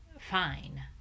fine